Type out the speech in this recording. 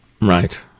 Right